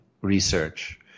research